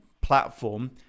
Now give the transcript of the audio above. platform